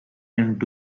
into